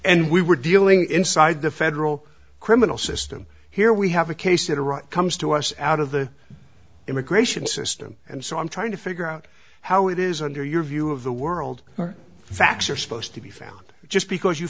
and we were dealing inside the federal criminal system here we have a case in iraq comes to us out of the immigration system and so i'm trying to figure out how it is under your view of the world or facts are supposed to be found just because you